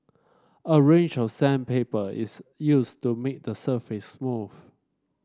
a range of sandpaper is used to make the surface smooth